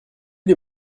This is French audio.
les